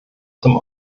zum